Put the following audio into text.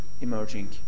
emerging